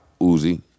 Uzi